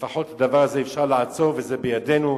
לפחות את הדבר הזה אפשר לעצור, וזה בידינו.